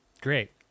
Great